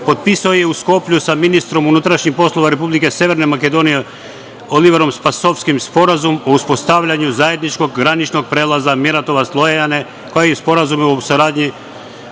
potpisao je u Skoplju sa ministrom unutrašnjih poslova Republike Severne Makedonije Oliverom Spasovskim Sporazumom o uspostavljanju zajedničkog graničnog prelaza Miratovac – Lojane, kao i Sporazum o saradnji